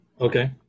Okay